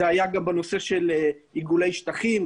זה היה גם בנושא של עיגולי שטחים,